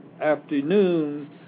afternoon